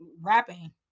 rapping